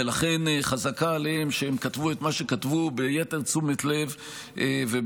ולכן חזקה עליהם שהם כתבו את מה שכתבו ביתר תשומת לב ובאופן